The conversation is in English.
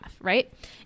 right